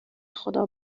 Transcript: خدا